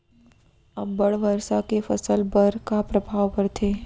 अब्बड़ वर्षा के फसल पर का प्रभाव परथे?